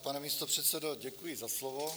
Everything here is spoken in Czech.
Pane místopředsedo, děkuji za slovo.